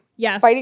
Yes